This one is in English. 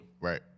Right